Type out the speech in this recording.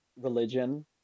religion